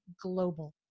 global